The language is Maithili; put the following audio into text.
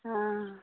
हँ